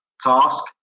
task